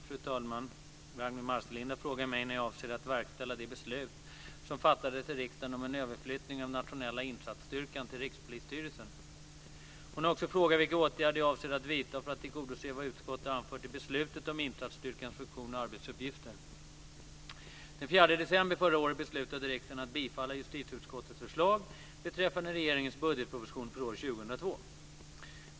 Fru talman! Ragnwi Marcelind har frågat mig när jag avser att verkställa det beslut som fattades i riksdagen om en överflyttning av Nationella insatsstyrkan till Rikspolisstyrelsen. Hon har också frågat vilka åtgärder jag avser att vidta för att tillgodose vad utskottet har anfört i beslutet om insatsstyrkans funktion och arbetsuppgifter. Den 4 december förra året beslutade riksdagen att bifalla justitieutskottets förslag beträffande regeringens budgetproposition för år 2002.